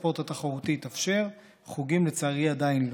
הספורט התחרותי התאפשר, חוגים, לצערי, עדיין לא.